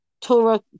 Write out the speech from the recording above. Torah